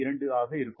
852 ஆக இருக்கும்